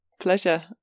Pleasure